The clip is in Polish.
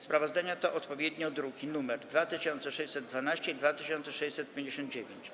Sprawozdania to odpowiednio druki nr 2612 i 2659.